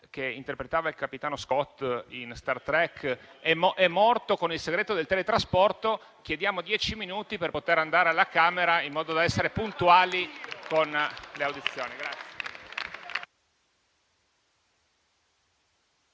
che interpretava il capitano Scott in Star Trek, è morto con il segreto del teletrasporto, chiediamo dieci minuti per poter andare alla Camera in modo da essere puntuali con le audizioni.